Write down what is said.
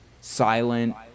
silent